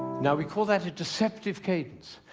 now, we call that a deceptive cadence,